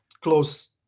close